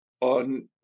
on